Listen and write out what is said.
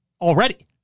already